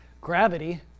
Gravity